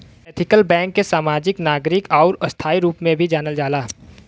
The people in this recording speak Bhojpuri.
ऐथिकल बैंक के समाजिक, नागरिक आउर स्थायी रूप में भी जानल जाला